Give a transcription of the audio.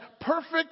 perfect